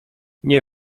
nie